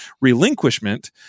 relinquishment